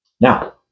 Now